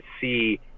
see